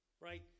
Right